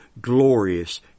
glorious